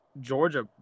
Georgia